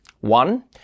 One